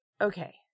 Okay